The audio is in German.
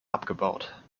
abgebaut